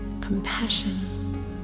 compassion